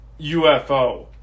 UFO